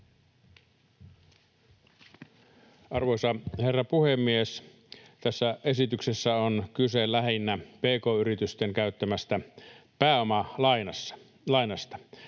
Arvoisa herra puhemies! Tässä esityksessä on kyse lähinnä pk-yritysten käyttämästä pääomalainasta.